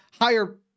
higher